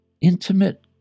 intimate